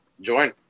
Join